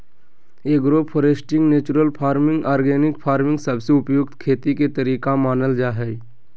agro foresting, natural farming, organic farming सबसे उपयुक्त खेती के तरीका मानल जा हय